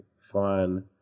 fun